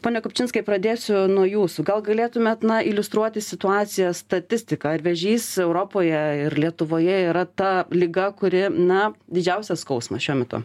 pone kupčinskai pradėsiu nuo jūsų gal galėtumėt na iliustruoti situaciją statistiką ar vėžys europoje ir lietuvoje yra ta liga kuri na didžiausią skausmą šiuo metu